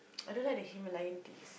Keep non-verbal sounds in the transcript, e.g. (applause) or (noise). (noise) I don't like the Himalayan teas